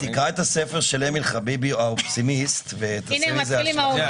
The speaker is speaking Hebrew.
תקרא את הספר של אמיל חביבי "האופסימיסט" ותעשה מזה השלכה.